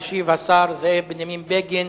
בסופן ישיב השר זאב בנימין בגין,